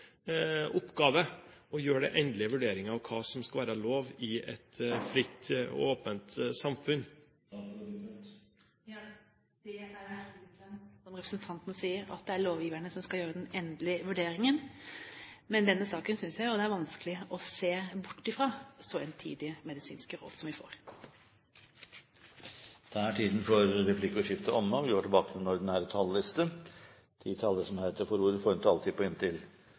åpent samfunn. Ja, det er riktig, som representanten sier, at det er lovgiverne som skal gjøre den endelige vurderingen. Men i denne saken synes jeg det er vanskelig å se bort fra så entydige medisinske råd som vi får. Replikkordskiftet er omme. De talere som heretter får ordet, har en taletid på inntil 3 minutter. Et norsk fotballtalent, Flamur Kastrati, ble hardt skadet i en